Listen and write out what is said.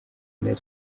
nari